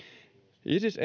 isis